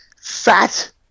fat